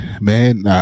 Man